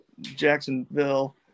Jacksonville